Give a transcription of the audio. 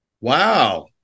Wow